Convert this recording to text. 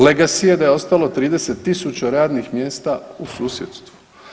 Legacy je da je ostalo 30 000 radnih mjesta u susjedstvu.